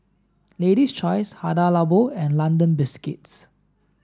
Lady's Choice Hada Labo and London Biscuits